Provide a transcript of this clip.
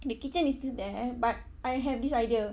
the kitchen is still there but I have this idea